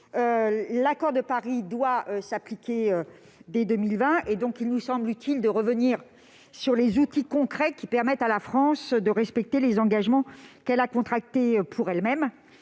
L'accord de Paris s'applique depuis 2020. Il nous semble donc utile de revenir sur les outils concrets permettant à la France de respecter les engagements qu'elle a contractés pour elle-même.